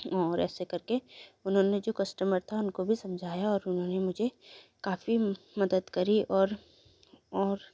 और ऐसे करके उन्होंने जो कस्टमर था उनको भी समझाया और उन्होंने मुझे काफ़ी मदद करी और और